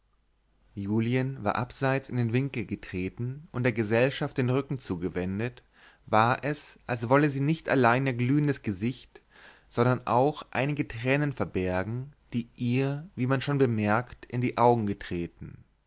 julie war abseits in den winkel getreten und der gesellschaft den rücken zugewendet war es als wolle sie nicht allein ihr glühendes gesicht sondern auch einige tränen verbergen die ihr wie man schon bemerkt in die augen getreten